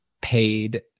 paid